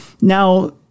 Now